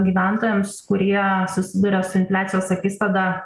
gyventojams kurie susiduria su infliacijos akistada